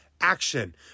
action